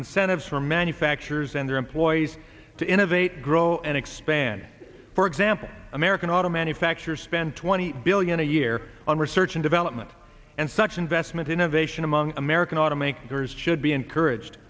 incentives for manufacturers and their employees to innovate grow and expand for example american auto manufacturers spend twenty billion a year on research and development and such investment innovation among american automakers should be encouraged